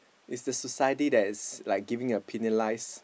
it's the society that is like giving a penalize